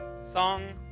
song